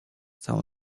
całą